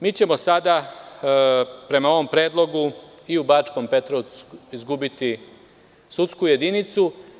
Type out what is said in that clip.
Mi ćemo sada, prema ovom predlogu, i u Bačkom Petrovcu izgubiti sudsku jedinicu.